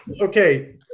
Okay